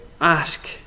Ask